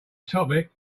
topic